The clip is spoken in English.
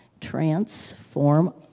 transform